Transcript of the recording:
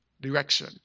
direction